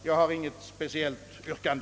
Jag har inget speciellt yrkande.